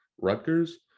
Rutgers